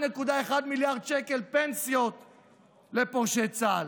1.1 מיליארד שקל פנסיות לפורשי צה"ל.